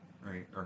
right